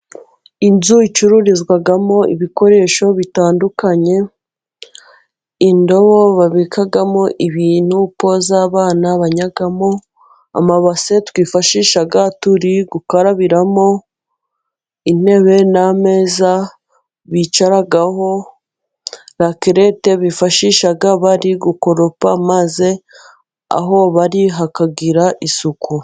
Inzu icururizwamo ibikoresho bitandukanye: indobo babikamo ibintu, po z'abana bannyamo, amabase twifashisha turi gukarabiramo, intebe n'ameza bicaraho, lakirete bifashisha bari gukoropa maze aho bari hakagira isuku.